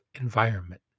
environment